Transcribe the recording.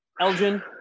elgin